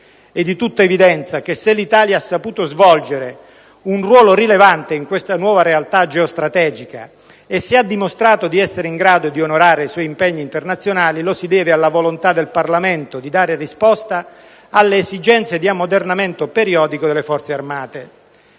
È di tutta evidenza che se l'Italia ha saputo svolgere un ruolo rilevante in questa nuova realtà geostrategica e se ha dimostrato di essere in grado di onorare i suoi impegni internazionali, lo si deve alla volontà del Parlamento di dare risposta alle esigenze di ammodernamento periodico delle Forze armate.